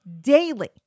daily